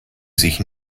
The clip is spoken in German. sich